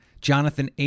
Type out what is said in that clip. Jonathan